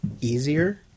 easier